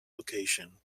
location